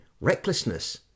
recklessness